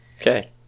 Okay